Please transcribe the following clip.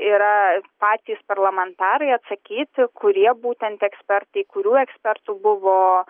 yra patys parlamentarai atsakyt kurie būtent ekspertai kurių ekspertų buvo